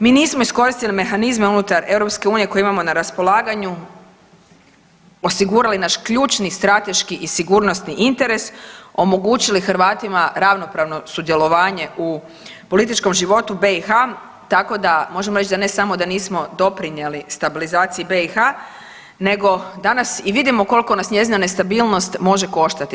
Mi nismo iskoristili mehanizme unutar EU koje imamo na raspolaganju, osigurali naš ključni strateški i sigurnosni interes, omogućili Hrvatima ravnopravno sudjelovanje u političkom životu BiH, tako da možemo reći da ne samo da nismo doprinijeli stabilizaciji BiH, nego danas i vidimo koliko nas njezina nestabilnost može koštati.